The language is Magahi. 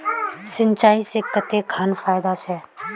सिंचाई से कते खान फायदा छै?